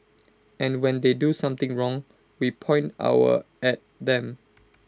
and when they do something wrong we point our at them